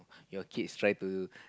your kids try to